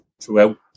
throughout